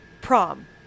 prom